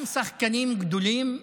גם שחקנים גדולים נופלים.